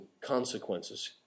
consequences